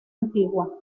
antigua